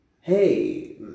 hey